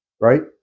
right